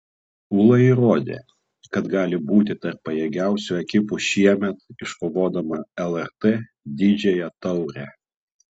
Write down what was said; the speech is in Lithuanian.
ūla įrodė kad gali būti tarp pajėgiausių ekipų šiemet iškovodama lrt didžiąją taurę